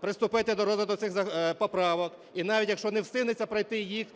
приступити до розгляду цих поправок. І навіть, якщо не встигнемо пройти їх,